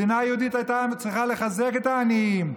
המדינה היהודית הייתה צריכה לחזק את העניים,